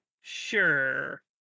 sure